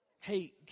Hey